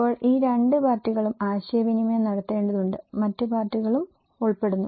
ഇപ്പോൾ ഈ രണ്ട് പാർട്ടികളും ആശയവിനിമയം നടത്തേണ്ടതുണ്ട് മറ്റ് പാർട്ടികളും ഉൾപ്പെടുന്നു